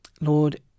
Lord